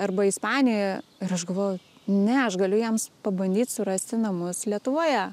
arba ispanija ir aš galvoju ne aš galiu jiems pabandyt surasti namus lietuvoje